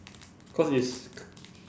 cause it's